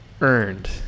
earned